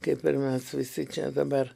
kaip ir mes visi čia dabar